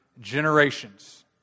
generations